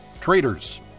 Traitors